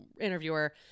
interviewer